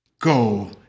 Go